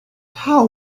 how